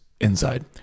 inside